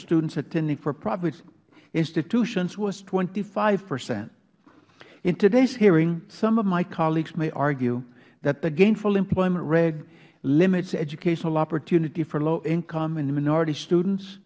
students attending for profit institutions was twenty five percent in today's hearing some of my colleagues may argue that the gainful employment regulation limits educational opportunity for low income and minority students